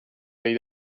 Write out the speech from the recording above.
dei